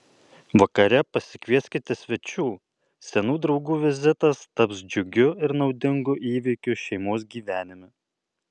vakare pasikvieskite svečių senų draugų vizitas taps džiugiu ir naudingu įvykiu šeimos gyvenime